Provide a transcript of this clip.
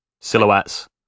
silhouettes